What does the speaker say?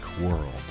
world